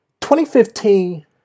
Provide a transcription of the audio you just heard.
2015